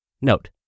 Note